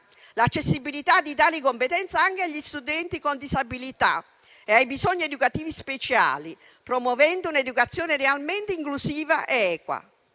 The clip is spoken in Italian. l'accessibilità di tali competenze anche agli studenti con disabilità e ai bisogni educativi speciali, promuovendo un'educazione realmente inclusiva ed equa.